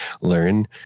learn